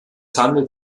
handelt